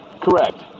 Correct